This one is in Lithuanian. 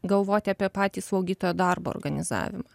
galvoti apie patį slaugytojo darbo organizavimą